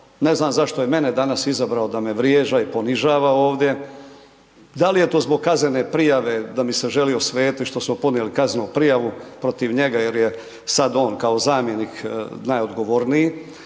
Ne znam zašto je mene danas izabrao da me vrijeđa i ponižava ovdje. Da li je to zbog kaznene prijave da mi se želi osvetiti što smo podnijeli kaznenu prijavu protiv njega jer je sada on kao zamjenik najodgovorniji,